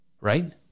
right